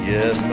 Yes